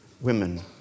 women